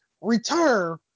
return